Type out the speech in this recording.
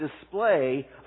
display